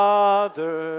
Father